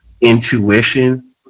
intuition